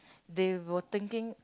they were thinking